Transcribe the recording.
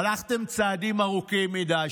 הלכתם צעדים ארוכים מדי.